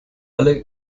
alle